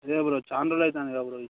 అదే బ్రో చాలా రోజులు అవుతుంది కదా ఇచ్చి